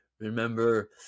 remember